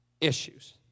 issues